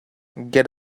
get